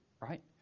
Right